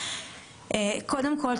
קודם כול,